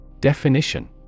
Definition